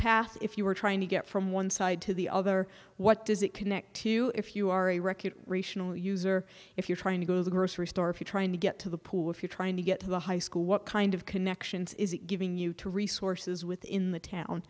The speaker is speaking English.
path if you are trying to get from one side to the other what does it connect to you if you are a regular user if you're trying to go to the grocery store if you're trying to get to the pool if you're trying to get to the high school what kind of connections is it giving you to resources within the town